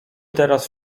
teraz